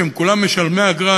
שהם כולם משלמי אגרה,